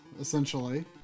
essentially